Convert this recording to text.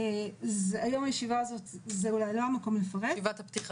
היום בישיבת הפתיחה זה אולי לא המקום לפרט,